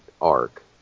arc